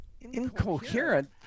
incoherent